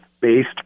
based